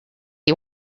you